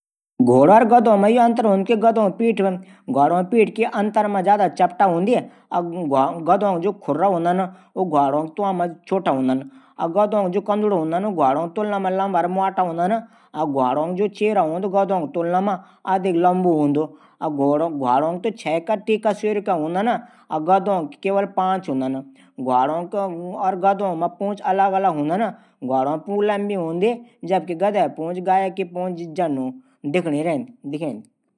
ध्वाडा आमतौर पर गधों से बडा हूंदा। धवाडों कू कंदूड लंबा और पतला हूंदा जबकि गधों क कदूड छुटा और मुवाटा हूंदन। धवाडों सींग नी हूदन जबकि गधों सींग हूदन। ध्वाडा बहुत तेज और फुर्तीला हूंदन वखि गधा शांत हूंदन ध्वाडा यातायात ऊंक काम मा लांदा वखि गधों से हम सामान बुकदा छां।